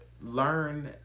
learn